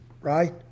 Right